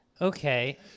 Okay